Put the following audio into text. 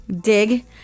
dig